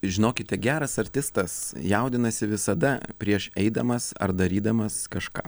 žinokite geras artistas jaudinasi visada prieš eidamas ar darydamas kažką